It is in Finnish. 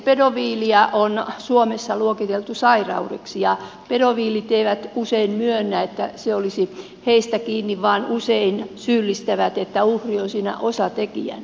pedofilia on suomessa luokiteltu sairaudeksi ja pedofiilit eivät usein myönnä että se olisi heistä kiinni vaan usein syyllistävät että uhri on siinä osatekijänä